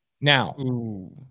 Now-